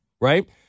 right